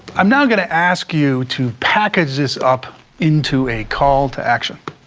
i'm not going to ask you to package this up into a call to action.